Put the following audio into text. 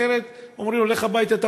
אחרת אומרים לו: לך הביתה,